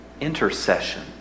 Intercession